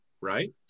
right